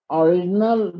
original